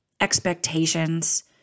expectations